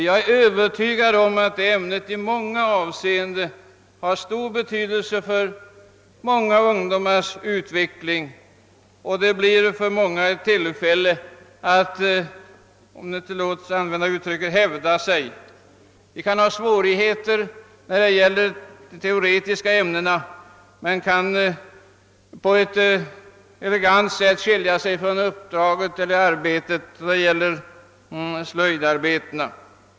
Jag är övertygad om att ämnet slöjd i åtskilliga avseenden har stor betydelse för många ungdomars utveckling och att det ofta ger dem tillfälle att — om uttrycket tillåts — hävda sig. De kan ha svårigheter när det gäller de teoretiska ämnena men kan kanske på ett elegant sätt skilja sig från arbetet i slöjden.